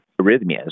arrhythmias